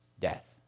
death